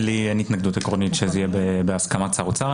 לי אין התנגדות עקרונית שזה יהיה בהסכמת שר אוצר.